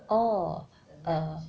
orh err